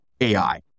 AI